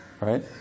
right